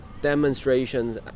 demonstrations